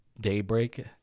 Daybreak